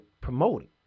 promoting